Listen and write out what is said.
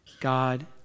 God